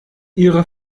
ihre